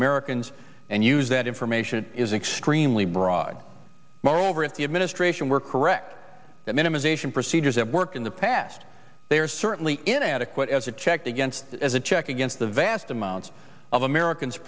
americans and use that information is extremely broad moreover if the administration were correct that minimization procedures have worked in the past they are certainly inadequate as a check against as a check against the vast amounts of americans